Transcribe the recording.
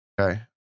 okay